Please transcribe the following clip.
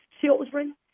children